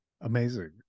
Amazing